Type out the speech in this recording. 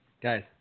guys